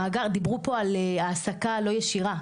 דיברו פה על העסקה לא ישירה,